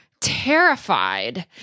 terrified